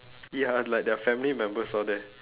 ya like their family members all there